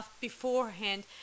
beforehand